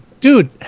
Dude